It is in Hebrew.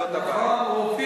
נכון.